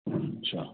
अच्छा